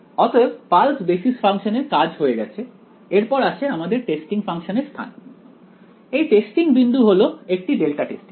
অতএব pulse basis ফাংশনের কাজ হয়ে গেছে এরপর আসে আমাদের টেস্টিং ফাংশানের স্থান এই টেস্টিং বিন্দু হল একটি ডেল্টা টেস্টিং